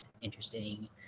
interesting